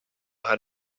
how